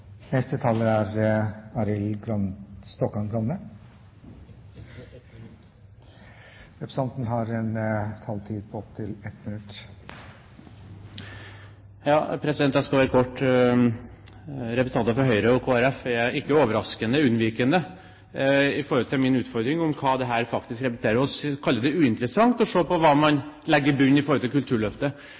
Arild Stokkan-Grande har hatt ordet to ganger tidligere og får ordet til en kort merknad, begrenset til 1 minutt. Jeg skal være kort. Representanter fra Høyre og Kristelig Folkeparti er ikke overraskende unnvikende når det gjelder min utfordring, hva dette faktisk representerer, og kaller det uinteressant å se på hva man legger i bunn i forhold til Kulturløftet.